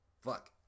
Fuck